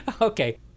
Okay